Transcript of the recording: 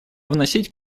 вносить